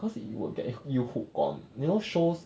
cause it will get you you hook on you know shows